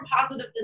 positive